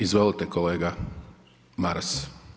Izvolite kolega Maras.